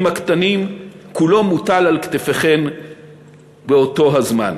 הקטנים כולו מוטל על כתפיכן באותו הזמן.